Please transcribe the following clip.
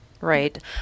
Right